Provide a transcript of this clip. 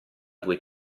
due